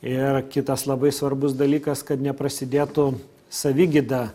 ir kitas labai svarbus dalykas kad neprasidėtų savigyda